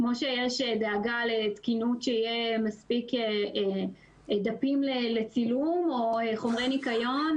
כמו שיש דאגה לתקינות שיהיו מספיק דפים לצילום או חומרי ניקיון,